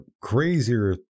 crazier